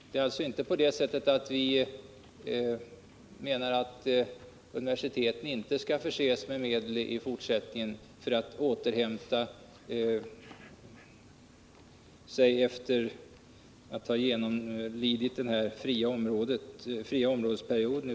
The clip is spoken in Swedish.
Vi anser således inte att universiteten inte skall förses med medel i fortsättningen för att återhämta sig efter att ha genomlidit den s.k. fria områdesperioden.